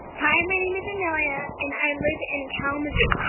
hi, my name is amelia, and i live in kalamazoo.